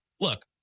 Look